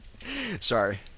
Sorry